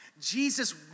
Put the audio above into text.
Jesus